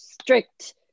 strict